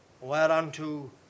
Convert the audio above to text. whereunto